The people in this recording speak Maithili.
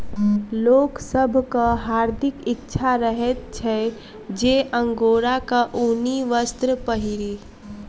लोक सभक हार्दिक इच्छा रहैत छै जे अंगोराक ऊनी वस्त्र पहिरी